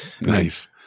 nice